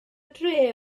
dre